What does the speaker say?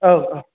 औ औ